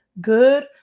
good